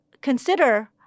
consider